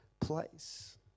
place